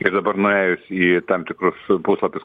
ir dabar nuėjus į tam tikrus puslapius